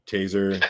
Taser